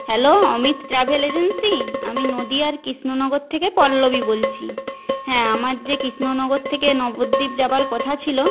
hello Amit travel agency আমি নদীয়ার কৃষ্ণনগর থেকে পল্লবী বলছি হ্যাঁ আমার যে কৃষ্ণনগর থেকে নবদ্বীপ যাবার কথা ছিলো